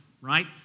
right